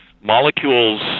molecules